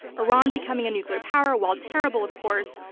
iran becoming a nuclear power, while terrible of course,